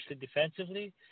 defensively